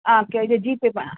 ஆ okay இது GPay ப